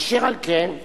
אשר על כן,